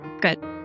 good